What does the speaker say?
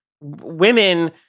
women